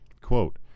Quote